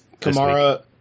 Kamara